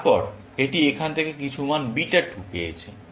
তারপর এটি এখান থেকে কিছু মান বিটা 2 পেয়েছে